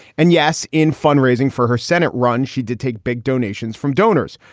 and yes, in fundraising for her senate run, she did take big donations from donors.